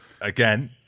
again